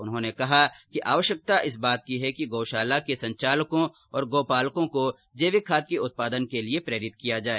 उन्होने कहा कि आवश्यकता इस बात की है कि गौशालाओं के संचालकों तथा गौपालकों को जैविक खाद के उत्पादन के लिए प्रेरित किया जाए